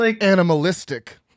animalistic